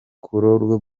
kugororwa